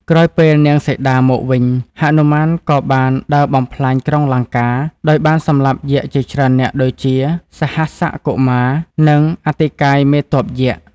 ក្រោយពេលលានាងសីតាមកវិញ ហនុមានក៏បានដើរបំផ្លាញក្រុងលង្កា ដោយបានសម្លាប់យក្សជាច្រើននាក់ដូចជា សហស្សកុមារ និងអតិកាយមេទ័ពយក្ស។